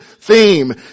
Theme